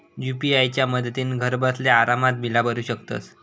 UPI च्या मदतीन घरबसल्या आरामात बिला भरू शकतंस